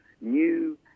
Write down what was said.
new